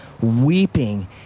weeping